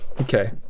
Okay